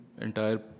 entire